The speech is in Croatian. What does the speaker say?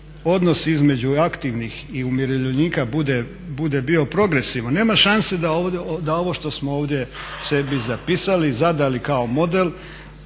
odnos između aktivnih i umirovljenika bude bio progresivan, nema šanse da ovo što smo ovdje sebi zapisali, zadali kao model